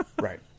Right